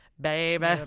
Baby